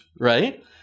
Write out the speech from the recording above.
Right